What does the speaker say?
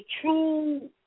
true